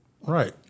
Right